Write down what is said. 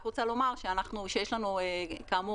כאמור,